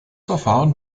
verfahren